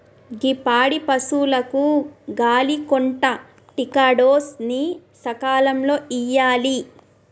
గీ పాడి పసువులకు గాలి కొంటా టికాడోస్ ని సకాలంలో ఇయ్యాలి